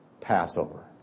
Passover